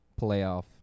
playoff